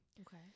Okay